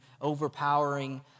overpowering